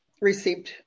received